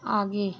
आगे